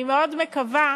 אני מאוד מקווה,